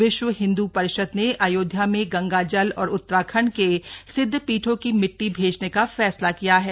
विश्व हिंदू परिषद ने अयोध्या में गंगाजल और उत्तराखंड के सिद्ध पीठों की मिट्टी भेजने का फैसला किया है